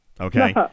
Okay